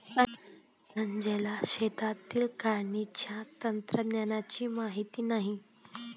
संजयला शेतातील काढणीनंतरच्या तंत्रज्ञानाची माहिती नाही